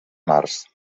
març